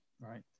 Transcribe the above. Right